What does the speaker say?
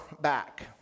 back